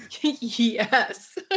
yes